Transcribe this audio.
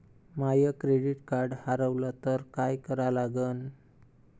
माय credit card हारवलं तर काय करा लागन?